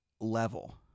level